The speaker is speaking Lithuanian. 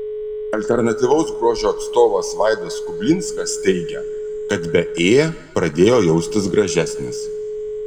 alternatyvaus grožio atstovas vaidas kublinskas teigia kad be ė pradėjo jaustis gražesnis